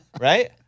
right